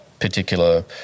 particular